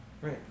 right